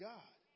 God